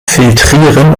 filtrieren